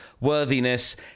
worthiness